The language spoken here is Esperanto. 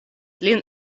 lin